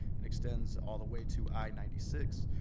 and extends all the way to i ninety six.